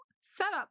setup